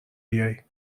بیای